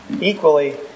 equally